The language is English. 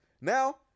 Now